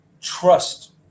trust